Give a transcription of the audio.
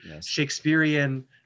Shakespearean